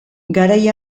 garai